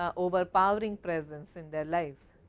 um over powering presence in their lives.